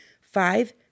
five